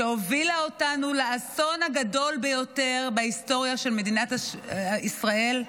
שהובילה אותנו לאסון הגדול ביותר בהיסטוריה של מדינת ישראל,